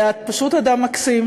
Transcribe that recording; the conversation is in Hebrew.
ואת פשוט אדם מקסים,